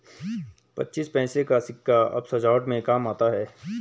पच्चीस पैसे का सिक्का अब सजावट के काम आता है